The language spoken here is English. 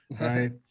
right